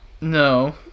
no